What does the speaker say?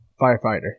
Firefighter